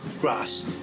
Grass